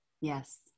Yes